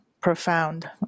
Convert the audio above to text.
profound